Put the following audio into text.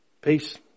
peace